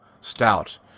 Stout